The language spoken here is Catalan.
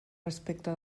respecte